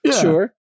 Sure